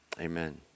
Amen